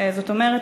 זאת אומרת,